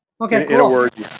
Okay